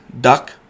duck